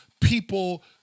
people